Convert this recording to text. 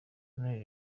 lionel